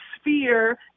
sphere